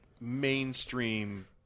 mainstream